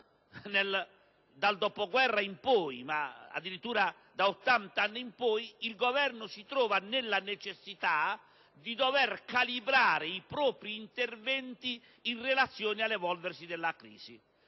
dal dopoguerra in poi, addirittura da 80 anni in poi, il Governo si trova nella necessità di dover calibrare i propri interventi in relazione all'evolversi della crisi.